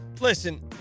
Listen